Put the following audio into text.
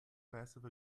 passive